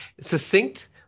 succinct